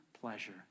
pleasure